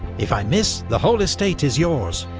if i miss, the whole estate is yours.